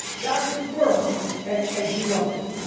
that was his world and and he loved it.